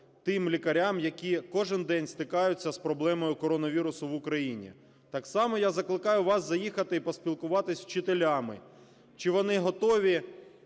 тим лікарям, які кожен день стикаються з проблемою коронавірусу в Україні. Так само я закликаю вас заїхати і поспілкуватися з вчителями чи вони готові